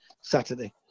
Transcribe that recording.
Saturday